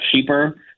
cheaper